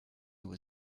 was